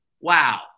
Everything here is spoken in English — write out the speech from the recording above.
Wow